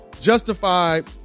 justified